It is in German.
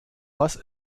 was